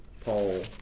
Paul